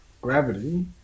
gravity